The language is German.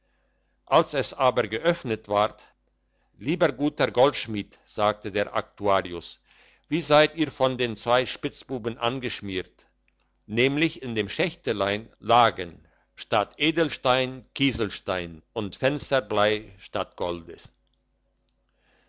als es aber geöffnet ward lieber guter goldschmied sagte der aktuarius wie seid ihr von den zwei spitzbuben angeschmiert nämlich in dem schächtelein lagen statt edelgestein kieselstein und fensterblei statt goldes